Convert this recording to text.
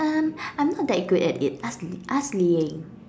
um I'm not that good at it ask ask Li-Ying